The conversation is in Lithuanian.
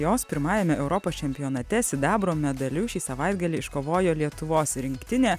jos pirmajame europos čempionate sidabro medaliu šį savaitgalį iškovojo lietuvos rinktinė